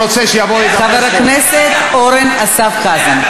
חבר הכנסת אורן אסף חזן,